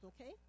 okay